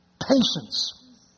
patience